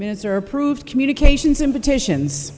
minutes are approved communications invitations